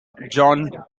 john